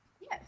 yes